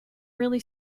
really